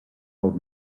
old